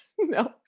No